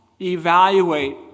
evaluate